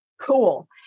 cool